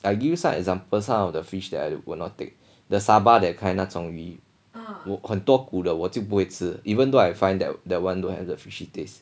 I give you some example some of the fish that I will not take the saba that kind 那种鱼很多骨的我就不会吃 even though I find that that one don't have the fishy taste